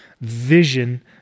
vision